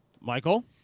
Michael